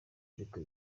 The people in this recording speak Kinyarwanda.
ariko